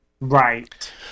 Right